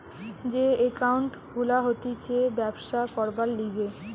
যে একাউন্ট খুলা হতিছে ব্যবসা করবার লিগে